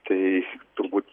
tai turbūt